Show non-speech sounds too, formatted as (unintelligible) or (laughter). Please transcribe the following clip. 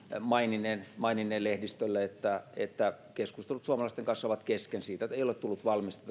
maininneen maininneen lehdistölle että että keskustelut suomalaisten kanssa ovat kesken tästä keskustelusta ei ole tullut valmista (unintelligible)